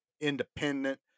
independent